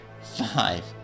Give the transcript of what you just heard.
five